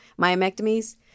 myomectomies